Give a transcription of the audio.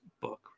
book